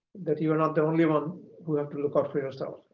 that you're not the only one who has to look out for yourself.